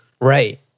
Right